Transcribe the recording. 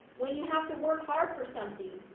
when you have to work hard for something,